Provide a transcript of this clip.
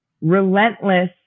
relentless